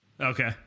Okay